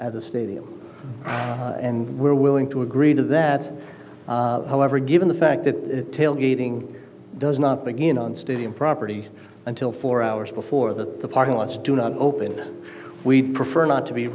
at the stadium and we're willing to agree to that however given the fact that tailgating does not begin on stadium property until four hours before that the parking lots do not open we prefer not to be